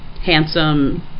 handsome